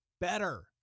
better